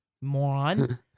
moron